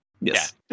yes